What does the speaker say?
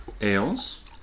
ales